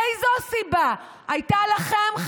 איזו סיבה הייתה לכם,